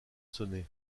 sonné